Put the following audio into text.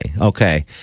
Okay